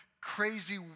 crazy